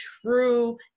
true